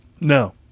No